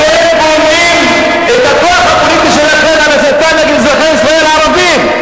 אתם בונים את הכוח הפוליטי שלכם על הסתה נגד אזרחי ישראל הערבים.